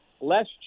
less